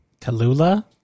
Kalula